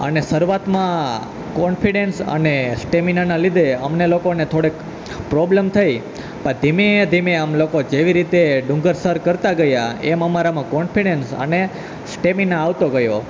અને શરૂઆતમાં કોન્ફિડન્સ અને સ્ટેમિનાના લીધે અમને લોકોને થોડેક પ્રોબ્લમ થઈ પણ ધીમે ધીમે અમે લોકો જેવી રીતે ડુંગર સર કરતાં ગયા એમ અમારામાં કોન્ફિડન્સ અને સ્ટેમિના આવતો ગયો